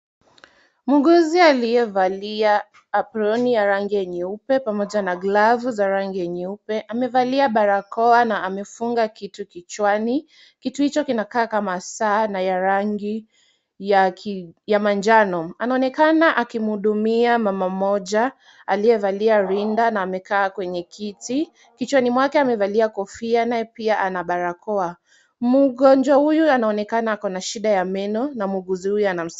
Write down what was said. Muuguzi aliyevalia aproni ya rangi ya nyeupe pamoja na glavu ya rangi nyeupe amevalia barakoa na amefunga kitu kichwani. Kitu hicho kinakaa kama saa na ya rangi ya manjano. Anaonekana akimhudumia mama mmoja aliyevalia rinda na amekalia kwenye kiti. Kichwani mwake amevalia kofia, naye pia ana barakoa. Mgonjwa huyu anaonekana ana shida ya meno na muuguzi huyu ana.